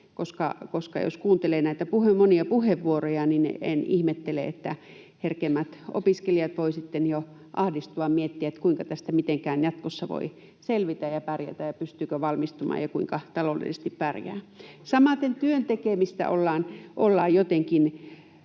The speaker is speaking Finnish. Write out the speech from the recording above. jos kuuntelee näitä monia puheenvuoroja, niin en ihmettele, että herkemmät opiskelijat voivat sitten jo ahdistua, miettiä, kuinka tästä mitenkään jatkossa voi selvitä ja pärjätä ja pystyykö valmistumaan ja kuinka taloudellisesti pärjää. [Aki Lindénin välihuuto] Samaten työn tekemisestä ollaan jotenkin